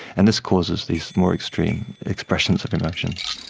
and this causes these more extreme expressions of emotion.